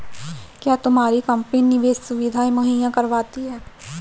क्या तुम्हारी कंपनी निवेश सुविधायें मुहैया करवाती है?